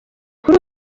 kuri